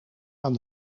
aan